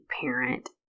parent